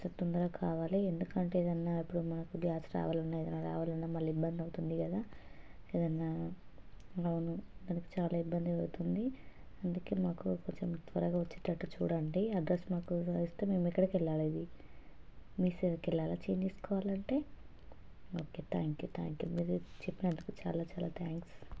so తొందరగా కావాలి ఎందుకంటే ఏదైనా ఇప్పుడు మాకు గ్యాస్ రావాలన్నా ఏదైనా రావాలన్నా మళ్ళీ ఇబ్బంది అవుతుంది కదా ఏదైనా అవును మనకి చాలా ఇబ్బంది అవుతుంది అందుకే మాకు కొంచెం త్వరగా వచ్చేటట్టు చూడండి అడ్రస్ మాకు ఇస్తే మేము ఇక్కడికెళ్ళాలి ఇది మీసేవకి వెళ్ళాలా చేంజ్ చేసుకోవాలంటే okay thank you thank you మీరు చెప్పినందుకు చాలా చాలా థ్యాంక్స్